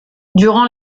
durant